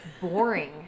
boring